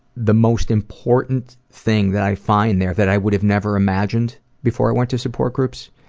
the most important thing that i find there, that i would have never imagined before i went to support groups,